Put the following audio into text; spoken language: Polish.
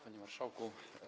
Panie Marszałku!